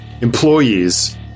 employees